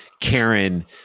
Karen